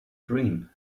dream